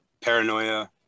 paranoia